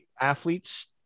athletes